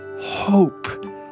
hope